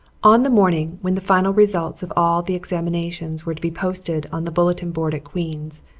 on the morning when the final results of all the examinations were to be posted on the bulletin board at queen's,